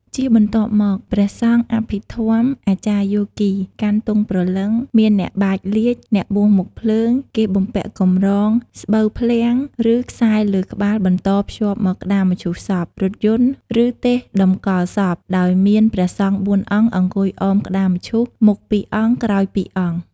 ជាបន្ទាប់មកព្រះសង្ឃអភិធម្ម អាចារ្យយោគី កាន់ទង់ព្រលឹង មានអ្នកបាចលាជ អ្នកបួសមុខភ្លើងគេបំពាក់កម្រង ស្បូវក្លាំង ឬខ្សែលើក្បាលបន្តភ្ជាប់ មកក្តាមឈូសសព រថយន្ត ឬទេសតំកល់សព ដោយមានព្រះសង្ឃបួនអង្គ អង្គុយអមក្តាមឈូស មុខពីរអង្គក្រោយពីរអង្គ។